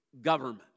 government